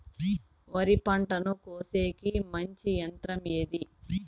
వరి పంటను కోసేకి మంచి యంత్రం ఏది?